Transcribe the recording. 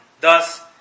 thus